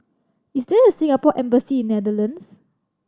is there a Singapore Embassy in Netherlands